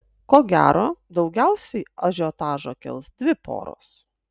ko gero daugiausiai ažiotažo kels dvi poros